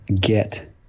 get